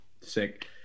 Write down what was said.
Sick